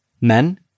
Men